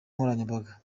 nkoranyambaga